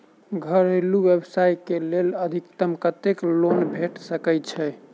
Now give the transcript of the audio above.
घरेलू व्यवसाय कऽ लेल अधिकतम कत्तेक लोन भेट सकय छई?